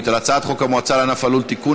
על הצעת חוק המועצה לענף הלול (תיקון,